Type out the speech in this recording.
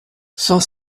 cent